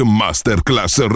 masterclass